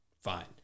fine